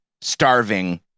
starving